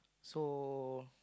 so